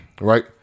right